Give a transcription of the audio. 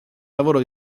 lavoro